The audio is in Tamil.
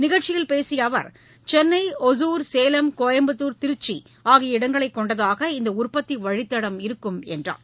நிகழ்ச்சியில் பேசிய அவர் சென்னை ஒசூர் சேலம் கோயம்புத்தூர் திருச்சி ஆகிய இடங்களைக் கொண்டதாக இந்த உற்பத்தி வழித்தடம் இருக்கும் என்றார்